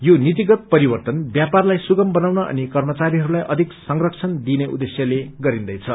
यो नीतिगत परिवर्तन व्यापारलाई सुगम बनाउन अनि कर्मचारीहस्ताई अधिक संरक्षण दिइने उद्देश्यले गरिन्दैछ